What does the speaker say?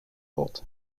bort